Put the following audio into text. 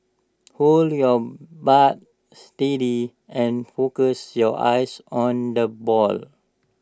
hold your bat steady and focus your eyes on the ball